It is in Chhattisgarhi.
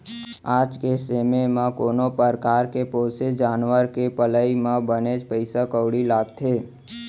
आज के समे म कोनो परकार के पोसे जानवर के पलई म बनेच पइसा कउड़ी लागथे